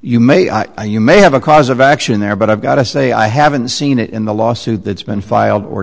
you may you may have a cause of action there but i've got to say i haven't seen it in the lawsuit that's been filed or